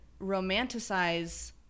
romanticize